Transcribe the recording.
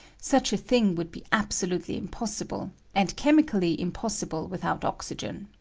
such a thing would be absolutely impossible, and chem ically impossible without oxygen.